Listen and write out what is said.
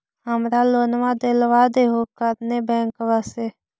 हमरा लोनवा देलवा देहो करने बैंकवा से?